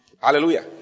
Hallelujah